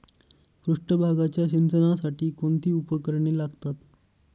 पृष्ठभागाच्या सिंचनासाठी कोणती उपकरणे लागतात?